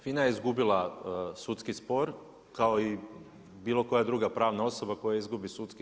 FINA je izgubila sudski spor kao i bilo koja druga pravna osoba koja izgubi sudski